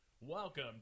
welcome